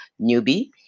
newbie